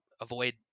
avoid